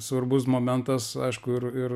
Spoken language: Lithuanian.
svarbus momentas aišku ir ir